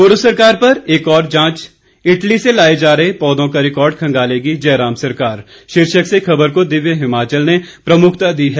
पूर्व सरकार पर एक और जांच इटली से लाए जा रहे पौधों का रिकार्ड खंगालेगी जयराम सरकार शीर्षक से खबर को दिव्य हिमाचल ने प्रमुखता दी है